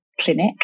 clinic